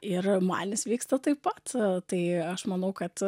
ir man jis vyksta taip pat tai aš manau kad